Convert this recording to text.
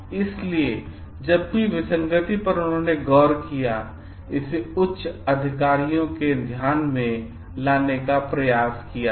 इसलिए जिस भी विसंगति पर उन्होंने गौर किया उसने इसे उच्च अधिकारियों के ध्यान में लाने का प्रयास किया था